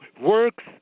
works